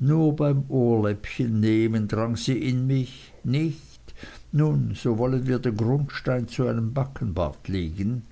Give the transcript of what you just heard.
nur beim ohrläppchen nehmen drang sie in mich nicht nun so wollen wir den grundstein zu einem backenbart legen